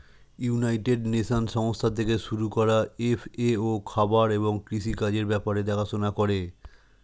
United Nations সংস্থা থেকে শুরু করা এফ.এ.ও খাবার এবং কৃষি কাজের ব্যাপার দেখাশোনা করে